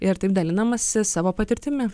ir taip dalinamasi savo patirtimi